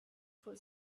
for